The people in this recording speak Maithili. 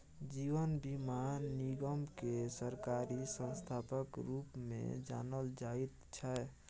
जीवन बीमा निगमकेँ सरकारी संस्थाक रूपमे जानल जाइत छै